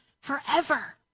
forever